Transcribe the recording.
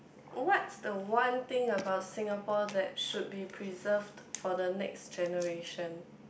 what's the one thing about Singapore that should be preserved for the next generation